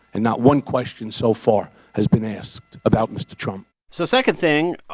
and not one question so far has been asked about mr. trump so second thing,